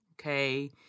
okay